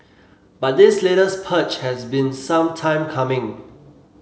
but this latest purge has been some time coming